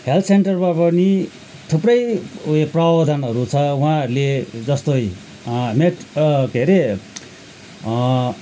health सेन्टरमा पनि थुप्रै ऊ यो प्रावधानहरू छ उहाँहरूले जस्तै नेट के अरे